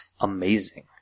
amazing